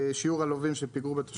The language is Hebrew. שיעור הלווים בפיגור בתשלומים.